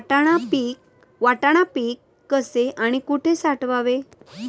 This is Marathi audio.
वाटाणा पीक कसे आणि कुठे साठवावे?